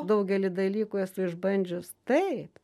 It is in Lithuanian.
daugelį dalykų esu išbandžius taip